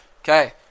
Okay